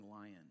lion